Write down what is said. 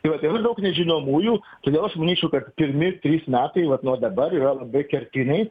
tai vat yra daug nežinomųjų todėl aš manyčiau kad pirmi trys metai vat nuo dabar yra labai kertiniai